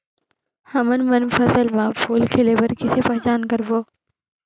हमन मन फसल म फूल खिले बर किसे पहचान करबो?